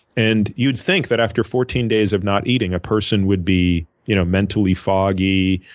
and you'd think that after fourteen days of not eating a person would be you know mentally foggy,